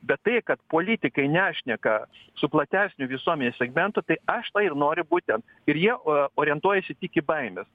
bet tai kad politikai nešneka su platesniu visuomenės segmentu tai aš tą ir noriu būtent ir jie orientuojasi tik į baimes